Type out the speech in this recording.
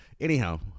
Anyhow